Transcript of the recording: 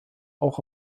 auch